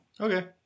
Okay